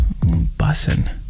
bussin